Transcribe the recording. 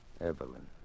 Evelyn